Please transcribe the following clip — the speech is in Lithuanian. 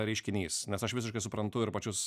reiškinys nes aš visiškai suprantu ir pačius